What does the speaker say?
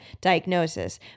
diagnosis